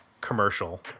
commercial